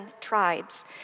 tribes